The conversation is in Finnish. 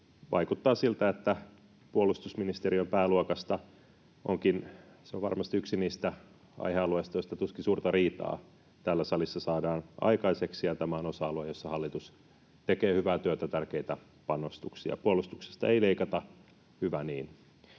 vaikuttaa siltä, että puolustusministeriön pääluokka on varmasti yksi niistä aihealueista, joista tuskin suurta riitaa täällä salissa saadaan aikaiseksi, ja tämä on osa-alue, jossa hallitus tekee hyvää työtä, tärkeitä panostuksia. Puolustuksesta ei leikata, hyvä niin.